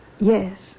Yes